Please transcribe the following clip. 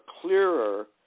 clearer